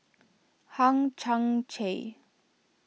Hang Chang Chieh